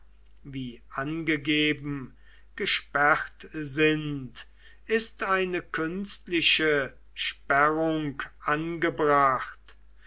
wie angegeben gesperrt sind ist eine künstliche sperrung angebracht